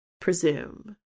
Presume